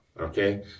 okay